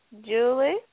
Julie